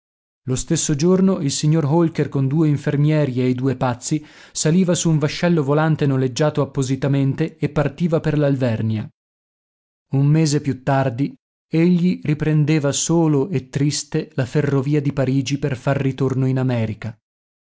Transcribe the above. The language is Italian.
lo stesso giorno il signor holker con due infermieri e i due pazzi saliva su un vascello volante noleggiato appositamente e partiva per l'alvernia un mese più tardi egli riprendeva solo e triste la ferrovia di parigi per far ritorno in america